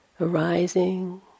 arising